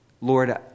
Lord